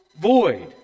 void